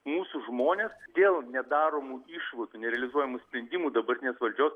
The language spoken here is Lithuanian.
mūsų žmonės dėl nedaromų išvadų nerealizuojamų sprendimų dabartinės valdžios